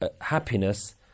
happiness